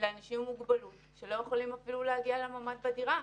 לאנשים עם מוגבלות שלא יכולים אפילו להגיע לממ"ד בדירה,